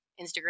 instagram